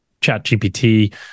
ChatGPT